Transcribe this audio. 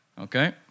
Okay